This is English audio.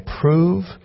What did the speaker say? prove